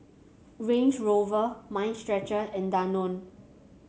Range Rover Mind Stretcher and Danone